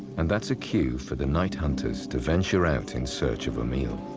and that's a cue for the night hunters to venture out in search of a meal